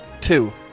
Two